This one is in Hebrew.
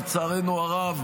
לצערנו הרב,